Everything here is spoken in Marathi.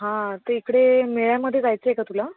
हां ते इकडे मेळ्यामधे जायचं आहे का तुला